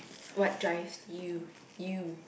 what drives you you